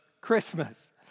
Christmas